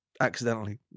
accidentally